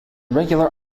regular